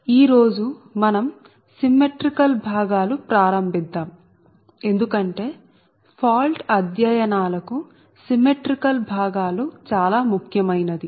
ఈ రోజు మనం సిమ్మెట్రీకల్ భాగాలు ప్రారంభిద్దాం ఎందుకంటే ఫాల్ట్ అధ్యయనాలకు సిమ్మెట్రీకల్ భాగాలు చాలా ముఖ్యమైనది